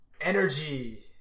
Energy